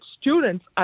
students